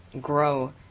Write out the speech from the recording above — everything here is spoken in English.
grow